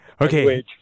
Okay